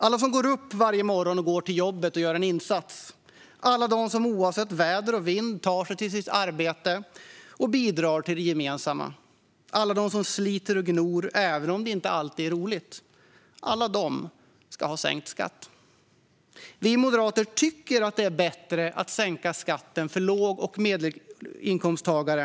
Alla de som går upp varje morgon och går till jobbet och gör en insats, alla de som oavsett väder och vind tar sig till sitt arbete och bidrar till det gemensamma, alla de som sliter och gnor även om det inte alltid är roligt - alla de ska ha sänkt skatt. Vi moderater tycker att det är bättre att sänka skatten för låg och medelinkomsttagare.